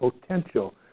potential